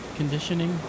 conditioning